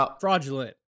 Fraudulent